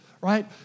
right